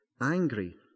angry